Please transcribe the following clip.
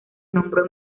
nombró